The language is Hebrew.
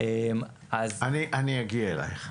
אני אגיע אלייך.